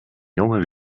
jonge